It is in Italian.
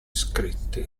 scritti